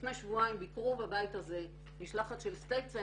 שלפני שבועיים ביקרו בבית הזה משלחת של State senators